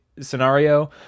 scenario